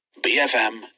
bfm